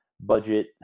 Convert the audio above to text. Budget